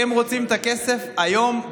הם רוצים את הכסף היום,